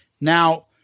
now